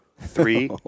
three